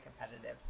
competitive